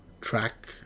track